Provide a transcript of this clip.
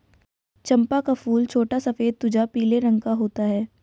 चंपा का फूल छोटा सफेद तुझा पीले रंग का होता है